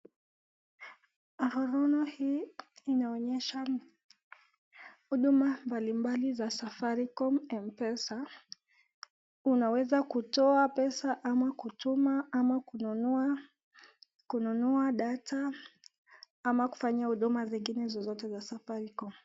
Rununu hii inaonesha huduma mbalimbali za safaricom M-pesa , unaweza kutoa pesa ama kutuma ama kununua data ama kufanya huduma zingine zozote za safaricom.